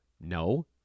No